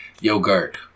yogurt